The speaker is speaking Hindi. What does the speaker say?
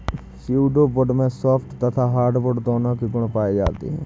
स्यूडो वुड में सॉफ्ट तथा हार्डवुड दोनों के गुण पाए जाते हैं